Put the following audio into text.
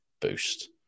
boost